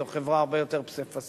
זו חברה הרבה יותר פסיפסית,